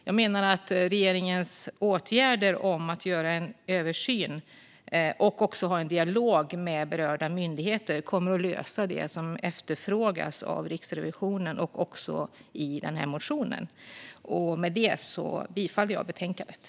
Jag menar att regeringens åtgärder, att göra en översyn och även ha en dialog med berörda myndigheter, kommer att lösa det som efterfrågas av Riksrevisionen och i den här motionen. Med det yrkar jag bifall till förslaget i betänkandet.